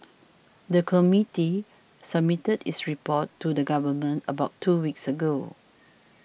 the committee submitted its report to the Government about two weeks ago